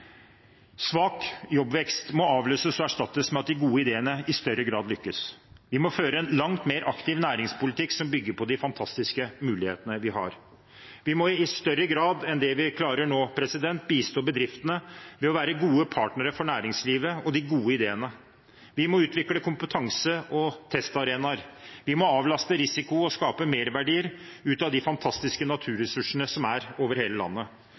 Svak jobbvekst må avløses av og erstattes med at de gode ideene i større grad lykkes. Vi må føre en langt mer aktiv næringspolitikk som bygger på de fantastiske mulighetene vi har. Vi må i større grad enn det vi klarer nå, bistå bedriftene ved å være gode partnere for næringslivet og de gode ideene. Vi må utvikle kompetanse og testarenaer. Vi må avlaste risiko og skape merverdier ut av de fantastiske naturressursene som er, over hele landet.